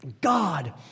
God